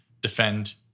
defend